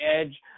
edge